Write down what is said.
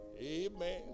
Amen